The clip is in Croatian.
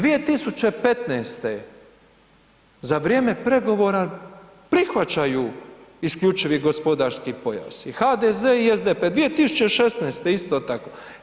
2015. za vrijeme pregovora prihvaćaju IGP i HDZ i SDP, 2016. isto tako.